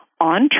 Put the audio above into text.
on